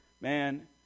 man